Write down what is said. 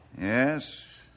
Yes